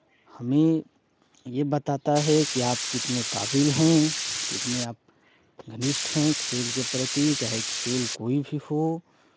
हमें ये बताता है कि आप कितने काबिल हैं कितने आप घनिष्ठ हैं खेल के प्रति चाहे खेल कोई भी हो